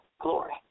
glory